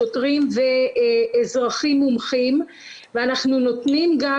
שוטרים ואזרחים מומחים ואנחנו נותנים גם